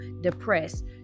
depressed